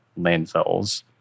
landfills